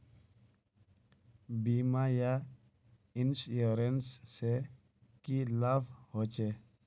बीमा या इंश्योरेंस से की लाभ होचे?